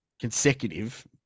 consecutive